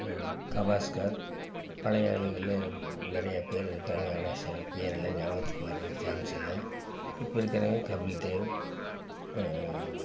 கவாஸ்கர் பழைய ஆளுகளில் நிறைய பேர் இருக்காங்க ஆனால் சில பேரெலாம் ஞாபகத்துக்கு வரதுக்கு சான்ஸ் இல்லை இப்போ இருக்கிறவங்க கபில் தேவ்